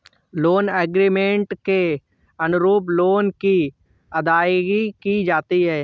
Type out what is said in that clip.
loan agreement के अनुरूप loan की अदायगी की जाती है